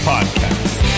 Podcast